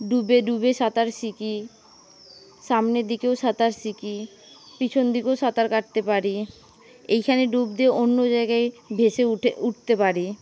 ডুবে ডুবে সাঁতার শিখি সামনের দিকেও সাঁতার শিখি পিছন দিকেও সাঁতার কাটতে পারি এইখানে ডুব দিয়ে অন্য জায়গায় ভেসে উঠতে পারি